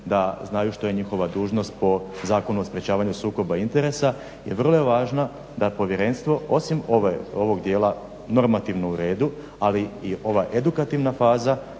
da znaju što je njihova dužnost po Zakonu o sprječavanju sukoba interesa. Jer vrlo je važno da Povjerenstvo osim ovog dijela normativno u redu ali i ova edukativna faza